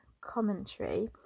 commentary